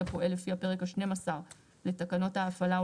הפועל לפי פרק שנים עשר לתקנות ההפעלה,